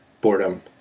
boredom